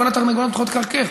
כל התרנגולות מתחילות לקרקר.